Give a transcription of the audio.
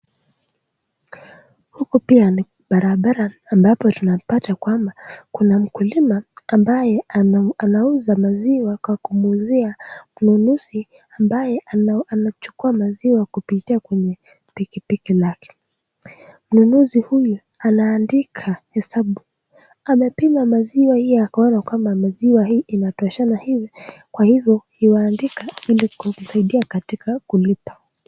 Huko pia ni barabara ambapo tunapata kwamba kuna mkulima ambaye anauza maziwa kwa kumuuzia mnunuzi ambaye anachukua maziwa kupitia kwenye pikipiki lake. Mnunuzi huyu anaandika hesabu, amepima maziwa hii akaona kwamba maziwa hii inatoshana hivi kwa hivyo yuandika ili kumsaidia katika kulipa.